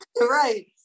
right